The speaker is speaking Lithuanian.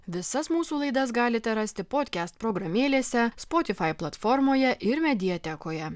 visas mūsų laidas galite rasti podcast programėlėse spotify platformoje ir mediatekoje